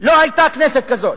לא היתה כנסת כזאת.